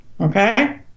Okay